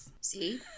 see